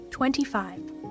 Twenty-five